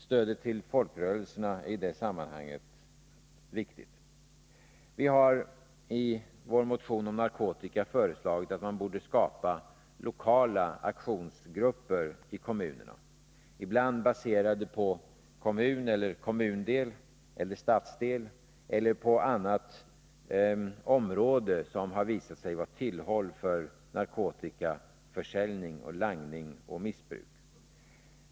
Stödet till folkrörelserna är i det sammanhanget viktigt. Vi har i vår motion om narkotika föreslagit att man borde skapa lokala aktionsgrupper i kommunerna, ibland baserade på kommun, kommundel eller stadsdel eller på annat område som har visat sig vara tillhåll för narkotikaförsäljning, langning och missbruk.